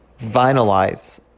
Vinylize